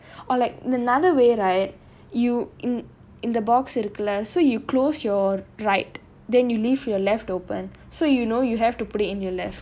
or like the another way right you in in the box இருக்குல்ல:irukulla so you close your right then you leave your left open so you know you have to put it in your left